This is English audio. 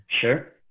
Sure